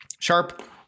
sharp